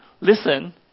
listen